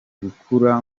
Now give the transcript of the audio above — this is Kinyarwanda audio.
gukura